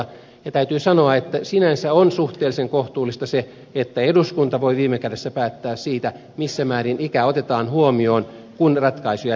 ja täytyy sanoa että sinänsä on suhteellisen kohtuullista se että eduskunta voi viime kädessä päättää siitä missä määrin ikä otetaan huomioon kun ratkaisuja tehdään